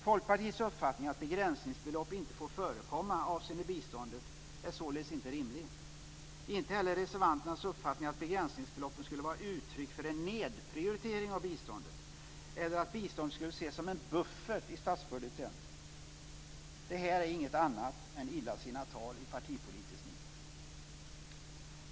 Folkpartiets uppfattning, att begränsningsbelopp inte får förekomma avseende biståndet, är således inte rimlig liksom inte heller reservanternas uppfattning att begränsningsbeloppen skulle vara uttryck för en nedprioritering av biståndet eller att biståndet skulle ses som en buffert i statsbudgeten. Det här är inget annat än illasinnat tal i partipolitiskt nit.